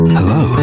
Hello